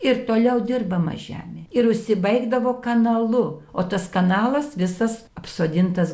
ir toliau dirbama žemė ir užsibaigdavo kanalu o tas kanalas visas apsodintas